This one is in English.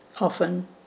often